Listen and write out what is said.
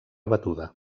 batuda